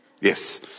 Yes